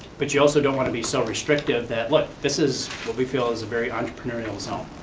but you also don't want to be so restrictive that look, this is what we feel is a very entrepreneurial zone,